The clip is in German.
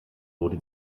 wurde